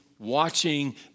Watching